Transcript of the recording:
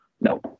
No